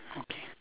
okay